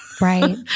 Right